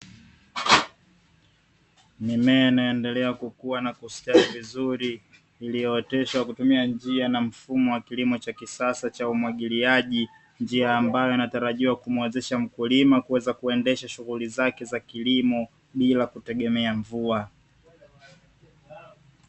Mimea inayoendelea kukua na kustawi vizuri iliyooteshwa kwa kutumia njia na mfumo wa kisasa cha umwagiliaji, njia ambayo inategemewa kuweza kumwezesha mkulima kuendesha shughuli zake za kilimo bila kutegemea mvua.